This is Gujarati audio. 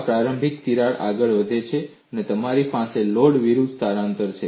આ પ્રારંભિક તિરાડ આગળ છે અને તમારી પાસે લોડ વિરુદ્ધ સ્થાનાંતરણ છે